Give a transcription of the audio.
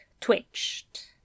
twitched